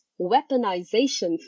weaponization